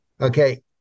Okay